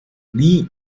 lee